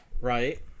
Right